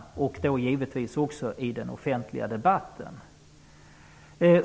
Givetvis kommer detta också att ske via den offentliga debatten.